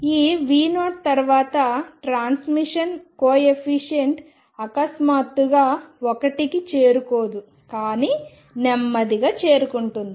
ఈ V0 తర్వాత transmission coefficient అకస్మాత్తుగా ఒకటికి చేరుకోదు కానీ నెమ్మదిగా చేరుకుంటుంది